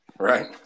Right